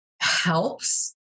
helps